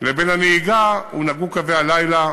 לבין הנהיגה הונהגו קווי הלילה.